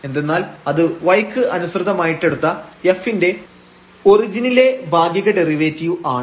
എന്തെന്നാൽ അത് y ക്ക് അനുസൃതമായിട്ടെടുത്ത f ന്റെ ഒറിജിനിലെ ഭാഗിക ഡെറിവേറ്റീവ് ആണ്